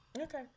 Okay